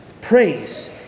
Praise